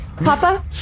Papa